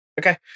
Okay